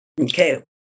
Okay